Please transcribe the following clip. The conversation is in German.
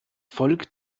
volk